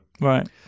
right